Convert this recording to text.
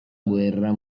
guerra